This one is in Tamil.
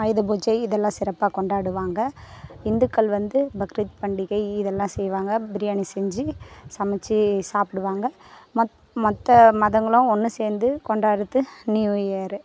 ஆயுதப்பூஜை இதெல்லாம் சிறப்பாக கொண்டாடுவாங்க இந்துக்கள் வந்து பக்ரீத் பண்டிகை இதெல்லாம் செய்வாங்க பிரியாணி செஞ்சி சமைச்சி சாப்புடுவாங்க மத் மற்ற மதங்களும் ஒன்று சேர்ந்து கொண்டாடுறது நியூ இயரு